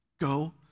go